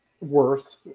worth